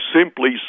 simply